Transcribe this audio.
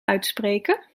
uitspreken